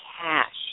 cash